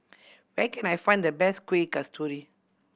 where can I find the best Kuih Kasturi